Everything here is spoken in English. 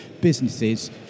businesses